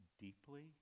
deeply